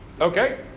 Okay